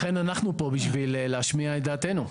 לכן אנחנו כאן, כדי להשמיע את דעתנו.